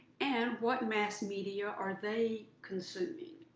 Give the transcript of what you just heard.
and what mass media are they consuming?